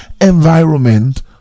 environment